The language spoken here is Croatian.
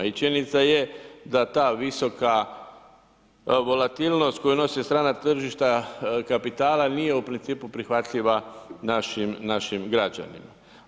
Činjenica je da ta visoka volatilnost koju nosi strana tržišta kapitala nije u principu prihvatljiva našim građanima.